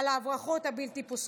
על ההברחות הבלתי-פוסקות.